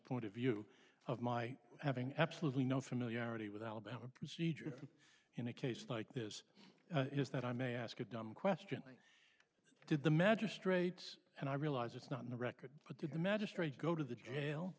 point of view of my having absolutely no familiarity with alabama procedure in a case like this is that i may ask a dumb question why did the magistrates and i realize it's not in the record but to the